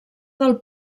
del